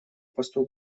посту